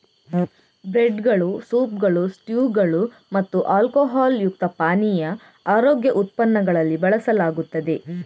ಬ್ರೆಡ್ದುಗಳು, ಸೂಪ್ಗಳು, ಸ್ಟ್ಯೂಗಳು ಮತ್ತು ಆಲ್ಕೊಹಾಲ್ ಯುಕ್ತ ಪಾನೀಯ ಆರೋಗ್ಯ ಉತ್ಪನ್ನಗಳಲ್ಲಿ ಬಳಸಲಾಗುತ್ತದೆ